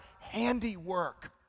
handiwork